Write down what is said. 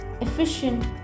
efficient